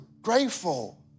grateful